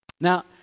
Now